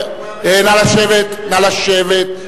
נא לשבת, נא לשבת.